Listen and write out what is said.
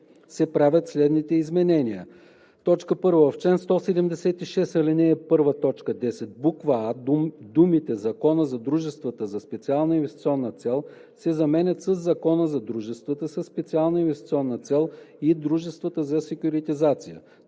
се правят следните изменения: 1. В чл. 176, ал. 1, т 10, буква „а“ думите „Закона за дружествата със специална инвестиционна цел“ се заменят със „Закона за дружествата със специална инвестиционна цел и дружествата за секюритизация“.